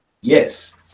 Yes